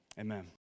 Amen